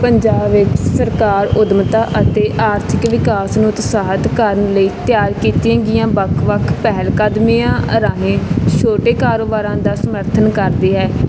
ਪੰਜਾਬ ਵਿੱਚ ਸਰਕਾਰ ਉੱਦਮਤਾ ਅਤੇ ਆਰਥਿਕ ਵਿਕਾਸ ਨੂੰ ਉਤਸ਼ਾਹਿਤ ਕਰਨ ਲਈ ਤਿਆਰ ਕੀਤੀਆਂ ਗਈਆਂ ਵੱਖ ਵੱਖ ਪਹਿਲਕਦਮੀਆਂ ਰਾਹੀਂ ਛੋਟੇ ਕਾਰੋਬਾਰਾਂ ਦਾ ਸਮਰਥਨ ਕਰਦੀ ਹੈ